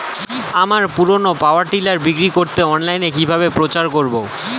আমার পুরনো power tiller বিক্রি করাতে অনলাইনে কিভাবে প্রচার করব?